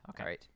Okay